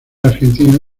argentino